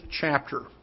chapter